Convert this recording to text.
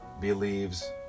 believes